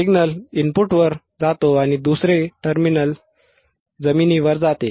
signal इनपुटवर जातो आणि दुसरे टर्मिनल जमिनीवर जाते